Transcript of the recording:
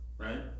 Right